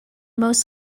most